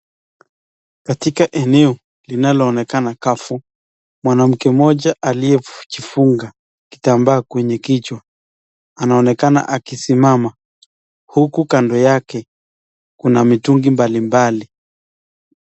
Katika eneo linaloonekana kavu mwanamke mmoja aliyejufunga kitambaa kwenye kichwa, anaonekana akisimama huku kando yake kuna mitungi mbalimbali.